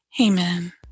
Amen